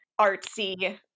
artsy